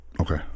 Okay